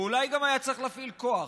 אולי גם היה צריך להפעיל כוח,